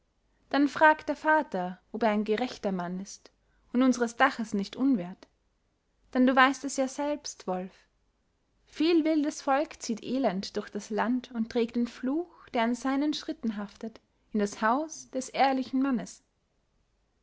dann fragt der vater ob er ein gerechter mann ist und unseres daches nicht unwert denn du weißt es ja selbst wolf viel wildes volk zieht elend durch das land und trägt den fluch der an seinen schritten haftet in das haus des ehrlichen mannes